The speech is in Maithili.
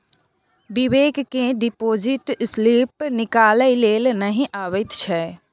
बिबेक केँ डिपोजिट स्लिप निकालै लेल नहि अबैत छै